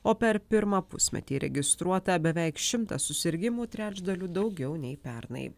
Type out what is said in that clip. o per pirmą pusmetį registruota beveik šimtas susirgimų trečdaliu daugiau nei pernai